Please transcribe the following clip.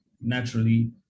naturally